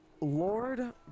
Lord